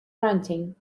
ranting